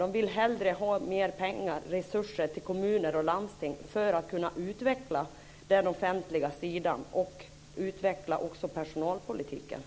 Man vill hellre ha mer pengar, resurser, till kommuner och landsting; detta för att den offentliga sidan och personalpolitiken ska kunna utvecklas.